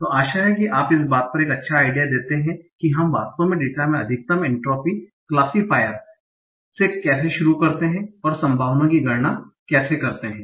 तो आशा है कि आप इस बात पर एक अच्छा आइडिया देते हैं कि हम वास्तव में डेटा में मेक्सिमम एन्ट्रापी क्लासिफायर संदर्भ समय 1750 से कैसे शुरू करते हैं और हम संभावनाओं की गणना कैसे करते हैं